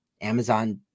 Amazon